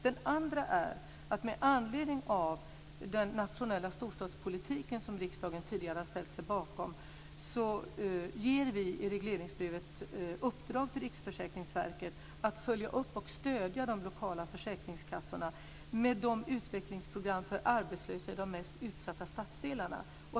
Den andra uppgiften är att med anledning av den nationella storstadspolitiken, som riksdagen tidigare har ställt sig bakom, ger vi i regleringsbrevet Riksförsäkringsverket i uppdrag att följa upp och stödja de lokala försäkringskassorna med utvecklingsprogram för arbetslöshet i de mest utsatta stadsdelarna.